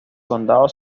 condado